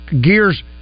gears